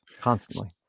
constantly